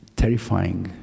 terrifying